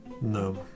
No